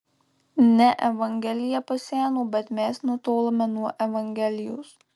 ne evangelija paseno bet mes nutolome nuo evangelijos